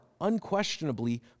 unquestionably